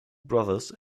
brothers